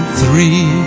three